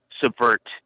subvert